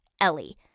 Ellie